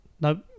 No